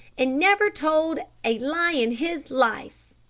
and never told a lie in his life.